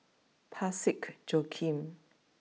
Parsick Joaquim